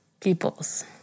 Peoples